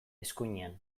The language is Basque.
eskuinean